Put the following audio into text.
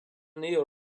neo